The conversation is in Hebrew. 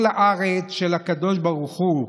כל הארץ של הקדוש ברוך הוא היא,